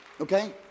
Okay